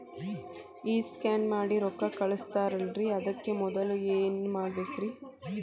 ಈ ಸ್ಕ್ಯಾನ್ ಮಾಡಿ ರೊಕ್ಕ ಕಳಸ್ತಾರಲ್ರಿ ಅದಕ್ಕೆ ಮೊದಲ ಏನ್ ಮಾಡ್ಬೇಕ್ರಿ?